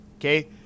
Okay